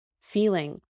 feeling